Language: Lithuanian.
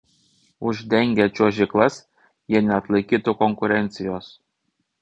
uždengę čiuožyklas jie neatlaikytų konkurencijos